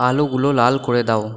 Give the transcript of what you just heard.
আলোগুলো লাল করে দাও